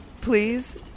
Please